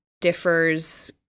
differs